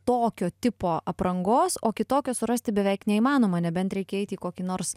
tokio tipo aprangos o kitokio surasti beveik neįmanoma nebent reikia eiti į kokį nors